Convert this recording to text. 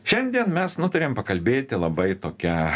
šiandien mes nutarėm pakalbėti labai tokia